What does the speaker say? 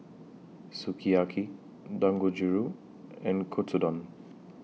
Sukiyaki Dangojiru and Katsudon